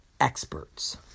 experts